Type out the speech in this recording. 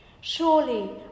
Surely